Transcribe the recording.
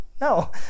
no